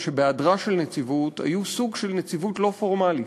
שבהיעדרה של נציבות היו סוג של נציבות לא פורמלית.